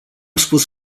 spus